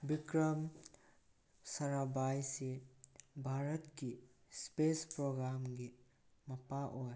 ꯚꯤꯀ꯭ꯔꯝ ꯁꯔꯥꯕꯥꯏꯁꯤ ꯚꯥꯔꯠꯀꯤ ꯏꯁꯄꯦꯁ ꯄ꯭ꯔꯣꯒ꯭ꯔꯥꯝꯒꯤ ꯃꯄꯥ ꯑꯣꯏ